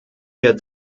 wir